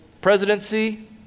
presidency